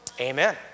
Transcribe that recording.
amen